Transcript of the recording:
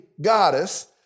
goddess